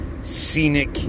scenic